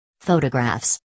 Photographs